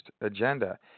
agenda